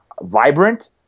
vibrant